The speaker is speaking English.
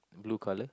blue colour